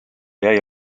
jäi